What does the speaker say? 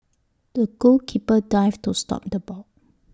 the goalkeeper dived to stop the ball